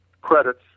credits